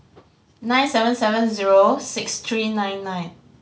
nine seven seven zero six three nine nine